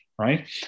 right